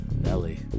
nelly